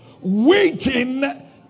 waiting